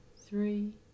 three